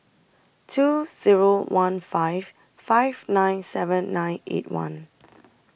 two Zero one five five nine seven nine eight one